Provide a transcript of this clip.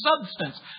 substance